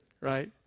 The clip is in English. right